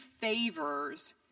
favors